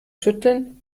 schütteln